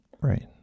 Right